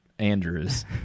Andrews